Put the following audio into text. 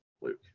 Luke